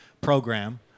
program